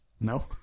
No